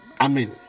Amen